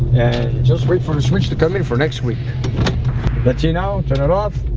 and just wait for the switch to come in for next week let's see now turn it off